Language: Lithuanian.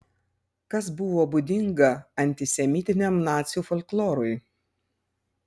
kas buvo būdinga antisemitiniam nacių folklorui